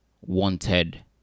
wanted